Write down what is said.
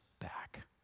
back